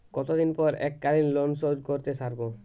কতদিন পর এককালিন লোনশোধ করতে সারব?